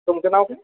तुमचं नाव काय